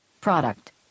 Product